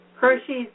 Hershey's